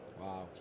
Wow